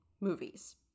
movies